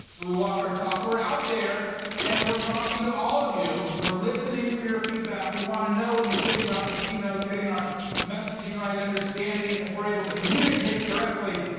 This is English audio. and we walk our talk, we're out there and we're talking to all of you. we're listening for your feedback, we wanna know what you think about this keynote. getting our messaging right, understanding and if we're able to communicate correctly,